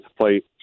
plate